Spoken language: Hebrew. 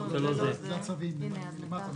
אני מבקש לעבור לפחת המואץ.